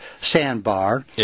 sandbar